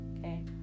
okay